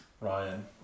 Ryan